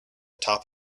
top